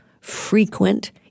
frequent